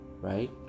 right